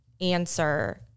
answer